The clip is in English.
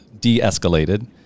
de-escalated